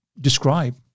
describe